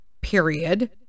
Period